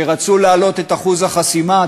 כשרצו להעלות את אחוז החסימה.